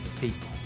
people